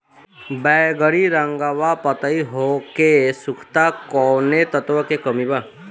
बैगरी रंगवा पतयी होके सुखता कौवने तत्व के कमी बा?